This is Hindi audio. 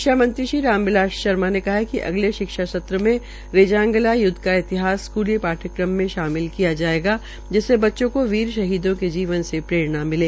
शिक्षा मंत्री श्री राम बिलास शर्मा ने कहा है कि अगले शिक्षासत्र से रेजांगला युद्व का इतिहास स्कूली पाठ्यक्रम में शामिल किया जायेगा जिससे बच्चो को वीर शहीदों के जीवन से प्ररेणा मिले